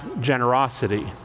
generosity